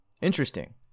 Interesting